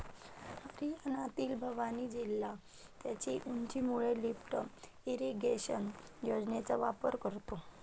हरियाणातील भिवानी जिल्हा त्याच्या उंचीमुळे लिफ्ट इरिगेशन योजनेचा वापर करतो